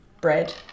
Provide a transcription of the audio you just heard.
bread